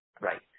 Right